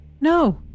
No